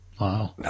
Wow